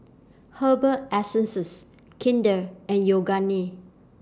Herbal Essences Kinder and Yoogane